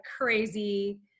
crazy